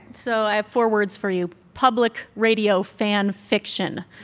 so i have four words for you public radio fan fiction